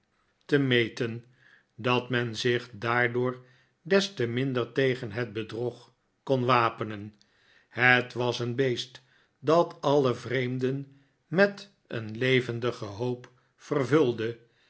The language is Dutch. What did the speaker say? te meten dat men zich daardoor des te minder tegen het bedrog kon wapenen het was een beest dat alle vreemden met een levendige hoop vervulde